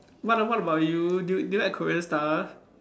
what what about you do y~ do you like Korean stuff